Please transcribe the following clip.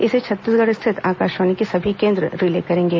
इसे छत्तीसगढ़ स्थित आकाशवाणी के सभी केंद्र रिले करेंगे